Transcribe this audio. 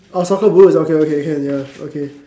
orh soccer boots okay okay can ya okay